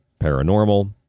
paranormal